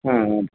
ಹಾಂ ಹೌದು